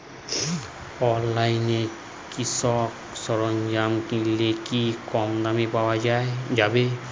অনলাইনে কৃষিজ সরজ্ঞাম কিনলে কি কমদামে পাওয়া যাবে?